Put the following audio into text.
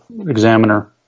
examiner